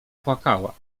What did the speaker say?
płakała